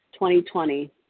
2020